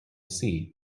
sea